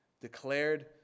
declared